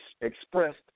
expressed